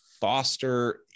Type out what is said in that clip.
foster